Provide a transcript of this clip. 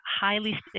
highly